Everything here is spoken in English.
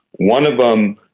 one of them,